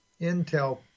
intel